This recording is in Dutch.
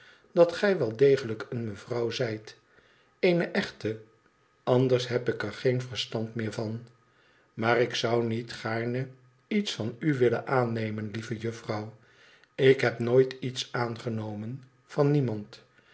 dat gij wel degelijk eene mevrouw zijt eene echte anders heb ik er geen verstand meer van maar ik zou niet gaarne iets van u willen aannemen lieve juffrouw ik heb nooit iets aangenomen van niemand